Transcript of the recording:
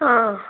ആ